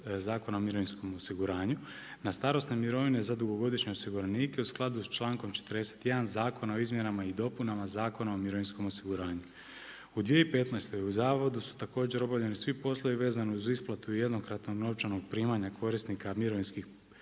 Zakona o mirovinskom osiguranju, na starosne mirovine za dugogodišnje osiguranike u skladu sa članom 41. Zakona o izmjenama i dopunama Zakona o mirovinskom osiguranju. U 2015. u zavodu su također obavljeni svi poslovi vezni uz isplatu jednokratnog novčanog primanja korisnika mirovinskih